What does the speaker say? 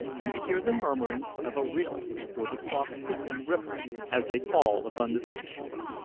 and to hear the murmuring of a rill, or the soft, hissing ripples as they fall upon the seashore!